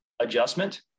adjustment